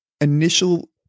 initial